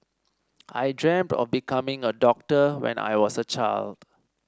I dreamt of becoming a doctor when I was a child